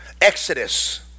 Exodus